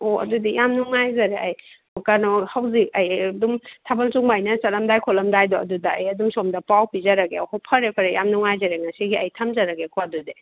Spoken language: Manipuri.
ꯑꯣ ꯑꯗꯨꯗꯤ ꯌꯥꯝ ꯅꯨꯡꯉꯥꯏꯖꯔꯦ ꯑꯩ ꯀꯩꯅꯣ ꯍꯧꯖꯤꯛ ꯑꯩ ꯑꯗꯨꯝ ꯊꯥꯕꯜ ꯆꯣꯡꯕ ꯑꯩꯅ ꯆꯠꯂꯝꯗꯥꯏ ꯈꯣꯠꯂꯝꯗꯥꯏꯗꯣ ꯑꯗꯨꯗ ꯑꯩ ꯑꯗꯨꯝ ꯁꯣꯝꯗ ꯄꯥꯎ ꯄꯤꯖꯔꯛꯀꯦ ꯑꯣ ꯐꯔꯦ ꯐꯔꯦ ꯌꯥꯝ ꯅꯨꯡꯉꯥꯏꯖꯔꯦ ꯉꯁꯤꯒꯤ ꯑꯩ ꯊꯝꯖꯔꯒꯦꯀꯣ ꯑꯗꯨꯗꯤ